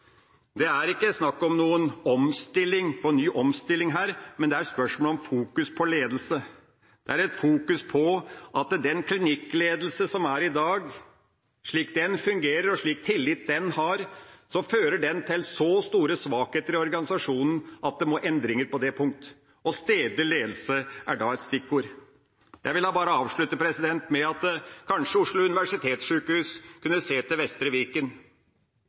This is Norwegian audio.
ikke snakk om noen ny omstilling, men det er spørsmål om å fokusere på ledelse. Det er fokusering på at klinikkledelsen som er der i dag – slik den fungerer og tilliten den har – fører til så store svakheter i organisasjonen at det må til endringer på det punkt. Stedlig ledelse er da et stikkord. Jeg vil bare avslutte med at kanskje Oslo universitetssykehus kunne se til Vestre Viken.